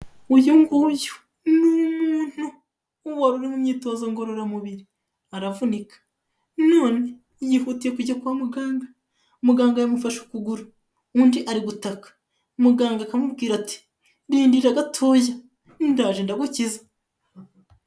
Uyu nguyu ni umuntu wari uri mu myitozo ngororamubiri aravunika, none yihutiye kujya kwa muganga, muganga yamufashe ukuguru, undi ari gutaka, muganga akamubwira ati:"Rindira gatoya ndaje ndagukiza."